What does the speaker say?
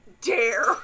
dare